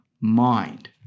mind